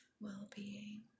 well-being